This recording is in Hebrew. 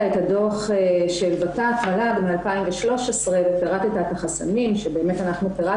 ד"ר עופר, על הדיון, וגם לדוברים שתרמו ושיתפו.